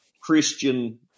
Christian